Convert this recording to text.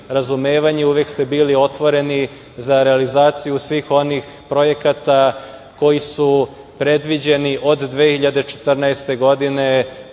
uvek ste bili otvoreni za realizaciju svih onih projekata koji su predviđeni od 2014. godine